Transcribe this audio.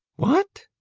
what!